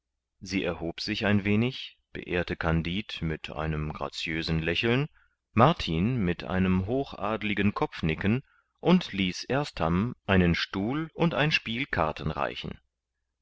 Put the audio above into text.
sie erhob sich ein wenig beehrte kandid mit einem graziösen lächeln martin mit einem hochadligen kopfnicken und ließ ersterm einen stuhl und ein spiel karten reichen